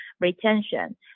retention